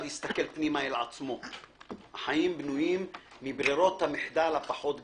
החיים בנויים מברירות המחדל הפחות גרועות.